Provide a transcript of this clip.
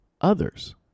others